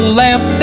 lamp